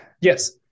Yes